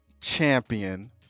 champion